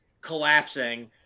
collapsing